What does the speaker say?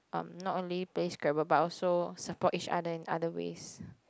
um not only play Scrabble but also support each other in other ways